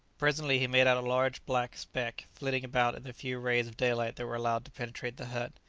presently he made out a large black speck flitting about in the few rays of daylight that were allowed to penetrate the hut.